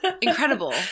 Incredible